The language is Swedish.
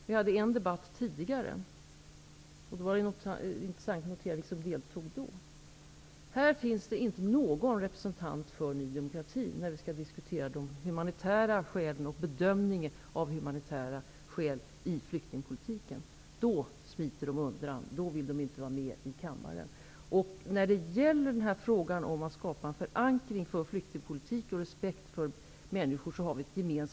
Vi hade en debatt tidigare, och det var intressant att notera vilka som deltog då. Här finns inte någon representant för Ny demokrati när bedömningen av humanitära skäl i flyktingpolitiken skall diskuteras. Då smiter de undan, och då vill de inte vara med i kammaren. Vi har ett gemensamt ansvar i fråga om att förankra flyktingpolitiken och respekten för människor.